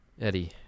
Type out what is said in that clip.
Eddie